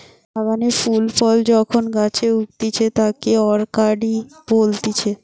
বাগানে ফুল ফল যখন গাছে উগতিচে তাকে অরকার্ডই বলতিছে